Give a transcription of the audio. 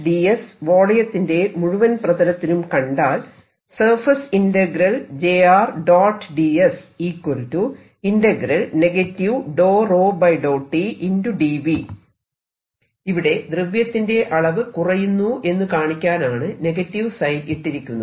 ds വോളിയത്തിന്റെ മുഴുവൻ പ്രതലത്തിലും കണ്ടാൽ ഇവിടെ ദ്രവ്യത്തിന്റെ അളവ് കുറയുന്നു എന്ന് കാണിക്കാനാണ് നെഗറ്റീവ് സൈൻ ഇട്ടിരിക്കുന്നത്